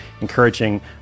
encouraging